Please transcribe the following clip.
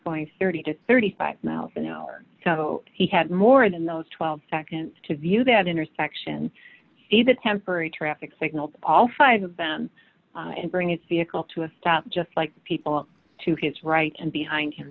going thirty to thirty five miles an hour so he had more than those twelve seconds to view that intersection a the temporary traffic signal to all five of them and bring his vehicle to a stop just like people to his right and behind him